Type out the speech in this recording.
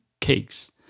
cakes